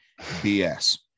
BS